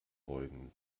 beugen